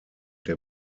der